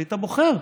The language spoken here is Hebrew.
יחליט הבוחר,